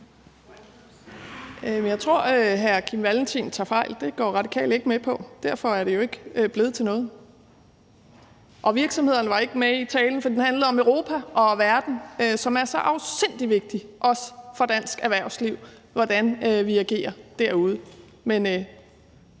Jeg tror, at hr. Kim Valentin tager fejl. Det går Radikale ikke med på. Derfor er det jo ikke blevet til noget. Og virksomhederne var ikke med i talen, for den handlede om Europa og om verden, som er så afsindig vigtig, også for dansk erhvervsliv, altså i forhold